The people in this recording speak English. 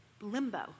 limbo